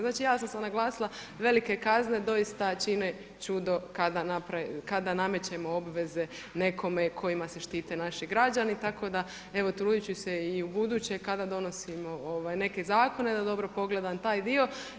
Znači ja sam sad naglasila velike kazne doista čine čudo kada namećemo obveze nekome kojima se štite naši građani, tako da evo trudit ću se i u buduće kada donosimo neke zakone da dobro pogledam taj dio.